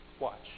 watch